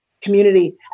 community